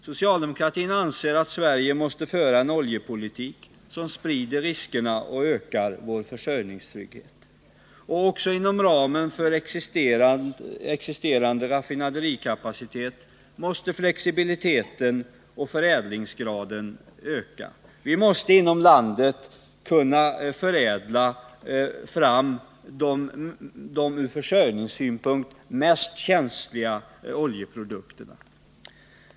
Socialdemokratin anser att Sverige måste föra en oljepolitik som sprider riskerna och som ökar vår försörjningstrygghet. Också inom ramen för existerande raffinaderikapacitet måste flexibiliteten och förädlingsgraden ökas. Vi måste inom landet kunna förädla fram de ur försörjningssynpunkt mest känsliga oljeprodukterna.